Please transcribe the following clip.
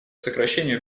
сокращению